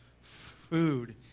food